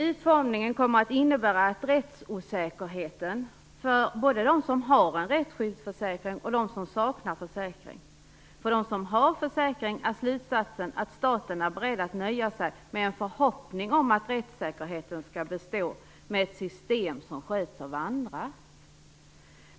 Utformningen kommer att innebära större rättsosäkerhet både för dem som har en rättsskyddsförsäkring och för dem som saknar sådan. För dem som har försäkring är slutsatsen att staten är beredd att nöja sig med en förhoppning om att rättssäkerheten skall bestå med ett system som sköts av andra.